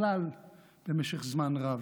בכלל במשך זמן רב.